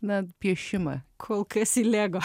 na piešimą kol kas į lego